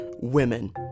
Women